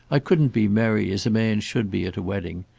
i couldn't be merry as a man should be at a wedding.